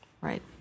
Right